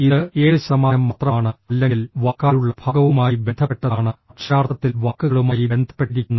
ഇത് 7 ശതമാനം മാത്രമാണ് അല്ലെങ്കിൽ വാക്കാലുള്ള ഭാഗവുമായി ബന്ധപ്പെട്ടതാണ് അക്ഷരാർത്ഥത്തിൽ വാക്കുകളുമായി ബന്ധപ്പെട്ടിരിക്കുന്നത്